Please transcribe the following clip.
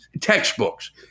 textbooks